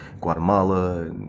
Guatemala